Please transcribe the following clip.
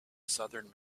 southern